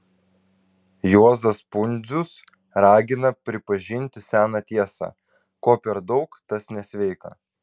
juozas pundzius ragina pripažinti seną tiesą ko per daug tas nesveika